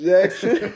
Jackson